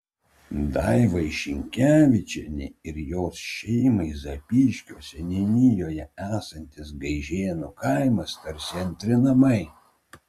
daivai šinkevičienei ir jos šeimai zapyškio seniūnijoje esantis gaižėnų kaimas tarsi antri namai